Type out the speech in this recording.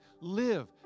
Live